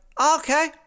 okay